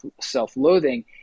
self-loathing